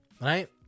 right